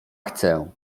chcę